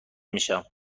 میشم